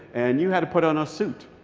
and you had to put on a suit,